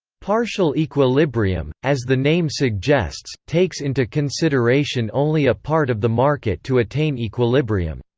partial equilibrium, as the name suggests, takes into consideration only a part of the market to attain equilibrium.